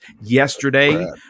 yesterday